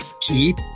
keep